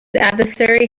adversary